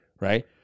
Right